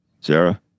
Sarah